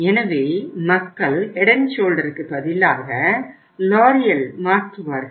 எனவே மக்கள் Head and Shoulderக்கு பதிலாக LOreal மாற்றுவார்கள்